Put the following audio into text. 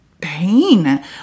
pain